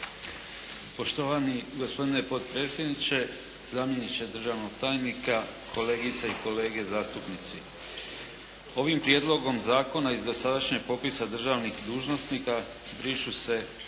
Poštovanje gospodine potpredsjedniče, zamjeniče državnog tajnika, kolegice i kolege zastupnici. Ovim prijedlogom zakona iz dosadašnjeg popisa državnih dužnosnika brišu se